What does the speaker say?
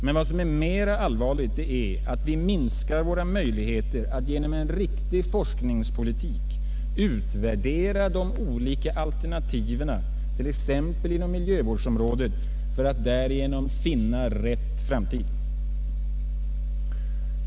Men vad som är mera allvarligt är att vi minskar våra möjligheter att genom en riktig forskningspolitik utvärdera de olika alternativen, t.ex. på miljövårdsområdet, för att därigenom finna rätt framtid.